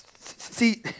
See